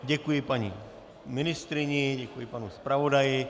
Děkuji paní ministryni, děkuji panu zpravodaji.